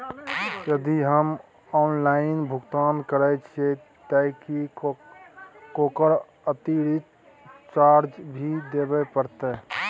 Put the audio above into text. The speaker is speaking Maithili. यदि हम ऑनलाइन भुगतान करे छिये त की ओकर अतिरिक्त चार्ज भी देबे परतै?